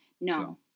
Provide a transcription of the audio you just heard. No